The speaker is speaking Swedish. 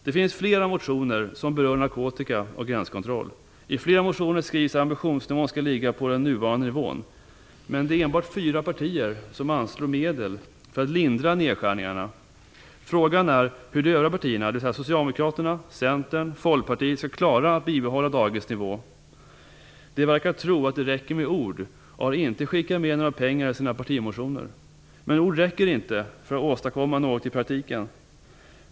Det finns flera motioner som berör narkotika och gränskontroll. I flera motioner skrivs att ambitionsnivån skall ligga på den nuvarande nivån, men det är enbart fyra partier som anslår medel för att lindra nedskärningarna. Frågan är hur de övriga partierna, dvs. Socialdemokraterna, Centern och Folkpartiet, skall klara att bibehålla dagens nivå. De verkar tro att det räcker med ord och har inte skickat med några pengar i sina partimotioner. Men ord räcker inte att för att åstadkomma något i praktiken.